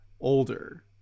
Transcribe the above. older